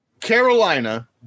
Carolina